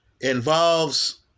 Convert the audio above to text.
involves